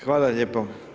Hvala lijepo.